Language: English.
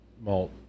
malt